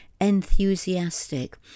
enthusiastic